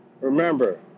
remember